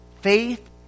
Faith